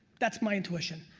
that's my intuition.